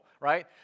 right